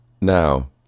Now